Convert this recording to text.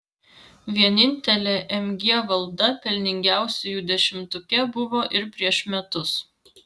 vienintelė mg valda pelningiausiųjų dešimtuke buvo ir prieš metus